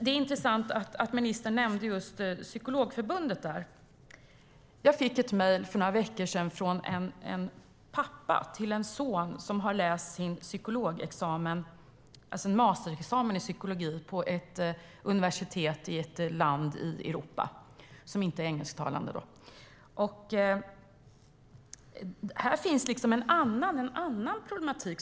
Det är intressant att ministern nämnde just Psykologförbundet. Jag fick ett mejl för några veckor sedan från en pappa till en son som har läst sin masterexamen i psykologi på ett universitet i ett land i Europa som inte är engelsktalande. Här finns en annan problematik.